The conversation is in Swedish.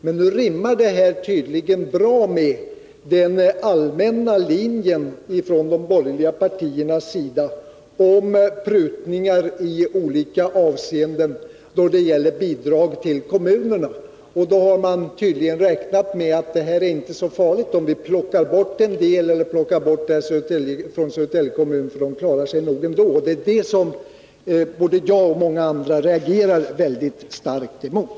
Men nu rimmar detta tydligen bra med den allmänna linjen från de borgerliga partiernas sida om prutningar i olika avseenden då det gäller bidrag till kommunerna. Man har tydligen räknat med att det inte är så farligt att plocka bort en del från Södertälje kommun, för kommunen klarar sig nog ändå. Det är detta som jag reagerar så starkt emot.